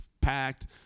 packed